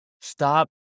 Stop